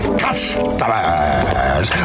customers